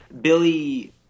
billy